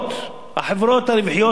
החברות הרווחיות הישראליות,